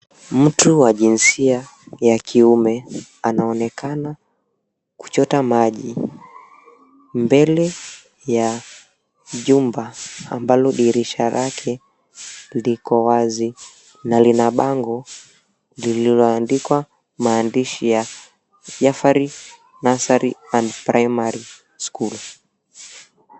Mtu wa jinsia ya kiume anaonekana kuchota maji mbele ya jumba ambalo dirisha lake liko wazi na lina bango ililoandikwa maadishi ya Jaffery Nursery and Primary School.